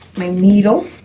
my needle.